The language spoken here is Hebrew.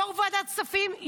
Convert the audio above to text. יו"ר ועדת כספים,